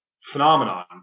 phenomenon